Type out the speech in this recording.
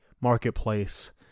marketplace